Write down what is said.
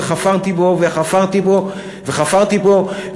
חפרתי בו וחפרתי בו וחפרתי בו,